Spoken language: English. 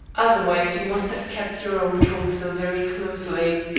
otherwise you must have kept your own counsel very closely.